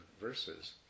verses